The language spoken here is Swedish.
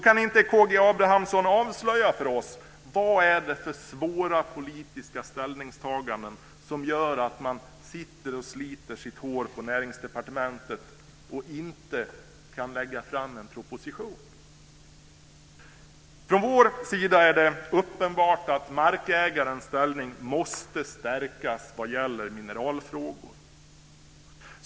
Kan inte K G Abramsson avslöja för oss vad det är för svåra politiska ställningstaganden som gör att man sliter sitt hår på Näringsdepartementet och inte kan lägga fram en proposition? Från vår sida är det uppenbart att markägarens ställning måste stärkas vad gäller mineralfrågor.